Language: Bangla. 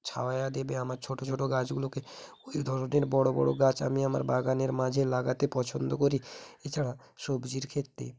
ছাওয়া দেবে আমার ছোট ছোট গাছগুলোকে ওই ধরনের বড় বড় গাছ আমি আমার বাগানের মাঝে লাগাতে পছন্দ করি এছাড়া সবজির ক্ষেত্রে